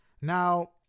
Now